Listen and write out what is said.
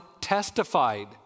testified